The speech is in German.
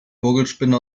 vogelspinne